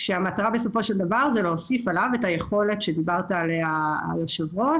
המטרה בסופו של דבר היא להוסיף ליישומון את היכולת של איתור מגעים,